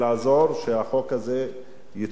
שהחוק הזה יצא לאור.